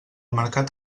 mercat